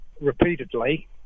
repeatedly